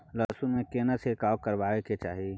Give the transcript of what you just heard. लहसुन में केना छिरकाव करबा के चाही?